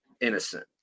innocent